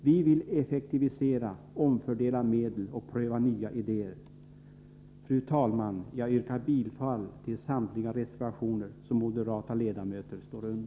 Vi vill effektivisera, omfördela medel och pröva nya idéer. Fru talman! Jag yrkar bifall till samtliga reservationer som moderata ledamöter avgivit.